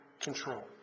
control